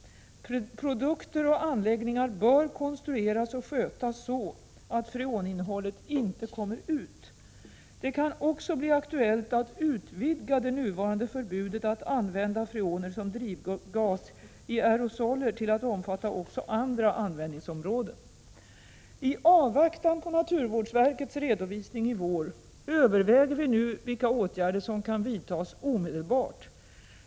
Produkter och anläggningar bör konstrueras och skötas så att freoninnehållet inte kommer ut. Det kan också bli aktuellt att utvidga det nuvarande förbudet att använda freoner som drivgas i aerosoler till att omfatta också andra användningsområden. I avvaktan på naturvårdsverkets redovisning i vår överväger vi nu vilka åtgärder som kan vidtas omedelbart.